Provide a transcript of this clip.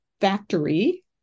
factory